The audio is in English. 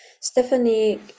Stephanie